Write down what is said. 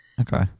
Okay